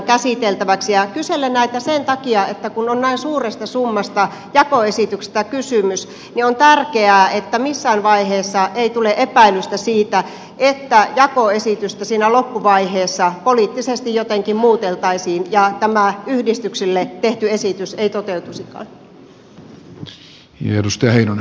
kyselen näitä sen takia että kun on näin suuresta summasta jakoesityksestä kysymys niin on tärkeää että missään vaiheessa ei tule epäilystä siitä että jakoesitystä siinä loppuvaiheessa poliittisesti jotenkin muuteltaisiin ja tämä yhdistyksille tehty esitys ei toteutuisikaan